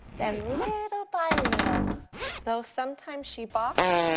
then little by little though sometimes she balked,